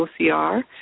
OCR